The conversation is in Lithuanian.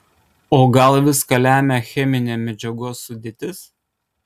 o gal viską lemia cheminė medžiagos sudėtis